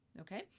Okay